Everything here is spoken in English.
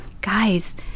guys